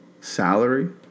salary